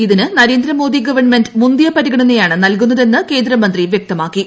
ഇതിന് നരേന്ദ്രമോദി ഗവൺമെന്റ് മുന്തിയ പരിഗണനയാണ് നല്കുന്നതെന്ന് കേന്ദ്രമന്ത്രി വൃക്തമാക്കി